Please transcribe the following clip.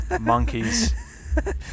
monkeys